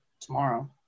tomorrow